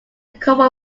couple